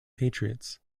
patriots